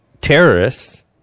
terrorists